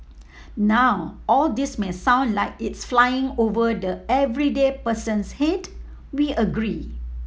now all this may sound like it's flying over the everyday person's head we agree